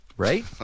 Right